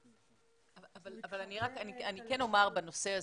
אני כן אומר בנושא הזה,